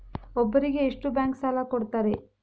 ಒಬ್ಬರಿಗೆ ಎಷ್ಟು ಬ್ಯಾಂಕ್ ಸಾಲ ಕೊಡ್ತಾರೆ?